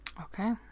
Okay